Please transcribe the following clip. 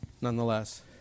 nonetheless